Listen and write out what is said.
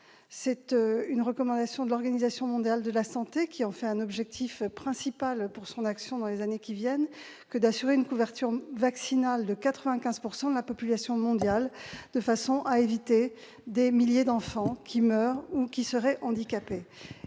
C'est une recommandation de l'Organisation mondiale de la santé, qui en fait un objectif principal de son action dans les années qui viennent : il s'agit d'assurer une couverture vaccinale de 95 % de la population mondiale, de façon à éviter que des milliers d'enfants meurent ou restent handicapés.